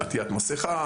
עטיית מסכה,